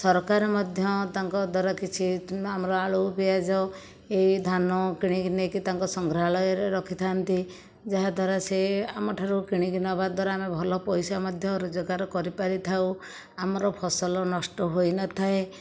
ସରକାର ମଧ୍ୟ ତାଙ୍କ ଦ୍ଵାରା କିଛି ଆମର ଆଳୁ ପିଆଜ ଏହି ଧାନ କିଣିକି ନେଇକି ତାଙ୍କ ସଂଗ୍ରହାଳୟରେ ରଖିଥାନ୍ତି ଯାହା ଦ୍ଵାରା ସେ ଆମ ଠାରୁ କିଣିକି ନେବା ଦ୍ଵାରା ଆମେ ଭଲ ପଇସା ମଧ୍ୟ ରୋଜଗାର କରିପାରି ଥାଉ ଆମର ଫସଲ ନଷ୍ଟ ହୋଇନଥାଏ